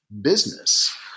business